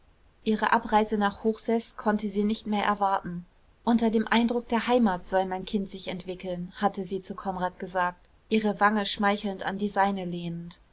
ihre abreise nach hochseß konnte sie nicht mehr erwarten unter dem eindruck der heimat soll mein kind sich entwickeln hatte sie zu konrad gesagt ihre wange schmeichelnd an die seine lehnend